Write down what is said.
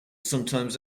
sometimes